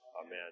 Amen